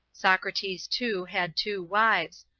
socrates too had two wives,